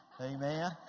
Amen